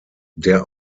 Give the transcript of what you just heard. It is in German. der